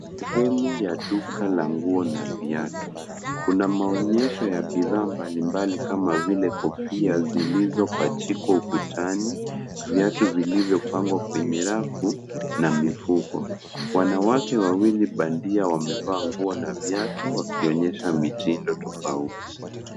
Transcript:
Sehemu ya duka la nguo na viatu. Kuna maonyesho ya bidhaa mbalimbali kama vile kofia zilizopachikwa ukutani, viatu vilivyopangwa kwenye rafu na mifuko. Wanawake wawili bandia wamevaa nguo na viatu wakionyesha mitindo tofauti.